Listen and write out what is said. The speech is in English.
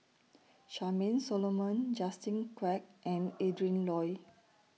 Charmaine Solomon Justin Quek and Adrin Loi